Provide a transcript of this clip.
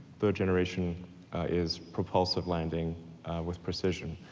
third generation is propulsive landing with precision.